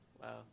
Wow